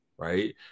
Right